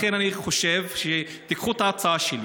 לכן אני חושב, תיקחו את ההצעה שלי